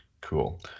Cool